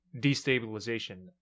destabilization